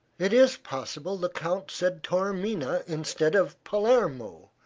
it is possible the count said taormina, instead of palermo,